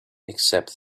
except